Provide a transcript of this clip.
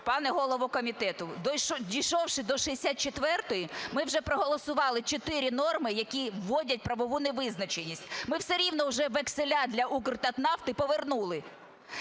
пане голово комітету, дійшовши до 64-ї, ми вже проголосували 4 норми, які вводять правову невизначеність. Ми все рівно уже векселя для "Укртатнафти" повернули,